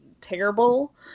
terrible